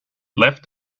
left